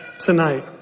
tonight